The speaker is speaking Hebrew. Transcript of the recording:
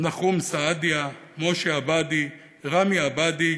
נחום סעדיה, משה עבאדי, רמי עבאדי,